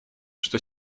что